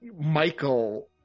Michael